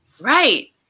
Right